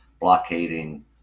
blockading